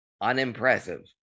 unimpressive